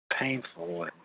painful